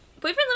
Boyfriend